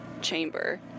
chamber